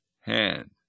hand